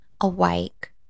awake